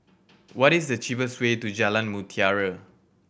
what is the cheapest way to Jalan Mutiara